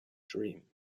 dream